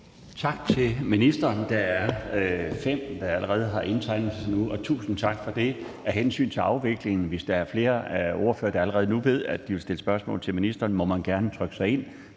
Tak til ministeren. Der er fem, der allerede har indtegnet sig indtil nu, og tusind tak for det. Af hensyn til afviklingen vil jeg sige, at hvis der er flere af ordførerne, der allerede nu ved, at de vil stille spørgsmål til ministeren, må man gerne trykke sig ind,